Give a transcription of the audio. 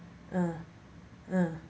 uh uh